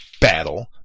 battle